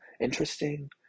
interesting